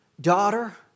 daughter